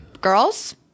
Girls